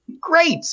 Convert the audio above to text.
great